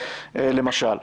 למשל.